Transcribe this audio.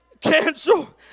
cancel